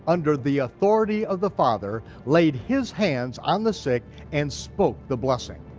under the authority of the father, laid his hands on the sick and spoke the blessing.